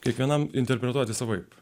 kiekvienam interpretuoti savaip